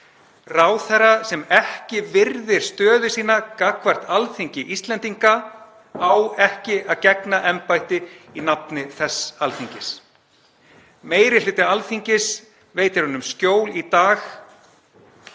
Ráðherra sem ekki virðir stöðu sína gagnvart Alþingi Íslendinga á ekki að gegna embætti í nafni þess Alþingis. Meiri hluti Alþingis veitir honum skjól í dag.